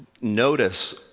notice